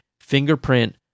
fingerprint